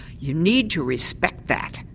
you need to respect that,